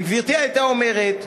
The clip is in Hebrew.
אם גברתי הייתה אומרת,